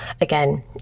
again